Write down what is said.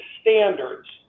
standards